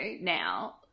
now